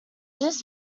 just